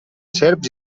serps